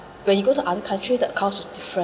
when you go to other country that course is different